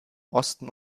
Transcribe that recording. osten